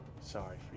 Sorry